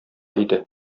иде